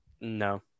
no